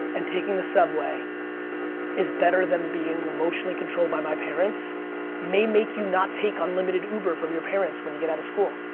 and taking the subway is better than being emotionally controlled by my parents may make you not take unlimited uber from your parents when you get out of school.